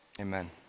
amen